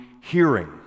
hearing